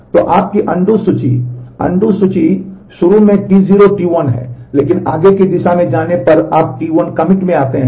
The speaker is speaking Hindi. तो आपकी अनडू सूची से फिर आप T2 start के पार आते हैं